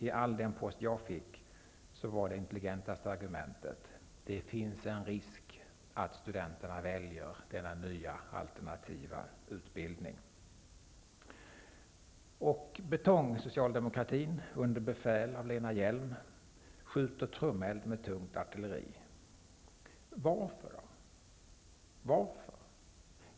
I all den post som jag fick var det intelligentaste argumentet: Det finns en risk för att studenterna väljer den nya, alternativa utbildningen. Hjelm-Wallén skjuter trumeld med tungt artilleri. Varför?